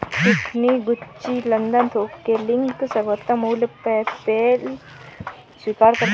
Tiffany, Gucci, London थोक के link, सर्वोत्तम मूल्य, पेपैल स्वीकार करते है